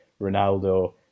Ronaldo